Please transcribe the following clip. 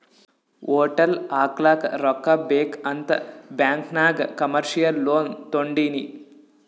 hotel ಹಾಕ್ಲಕ್ ರೊಕ್ಕಾ ಬೇಕ್ ಅಂತ್ ಬ್ಯಾಂಕ್ ನಾಗ್ ಕಮರ್ಶಿಯಲ್ ಲೋನ್ ತೊಂಡಿನಿ